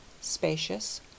spacious